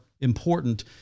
important